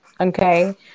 Okay